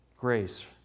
Grace